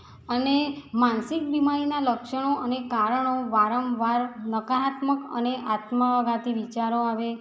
અને માનસિક બીમારીના લક્ષણો અને કારણો વારંવાર નકારાત્મક અને આત્મઘાતી વિચારો આવે